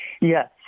Yes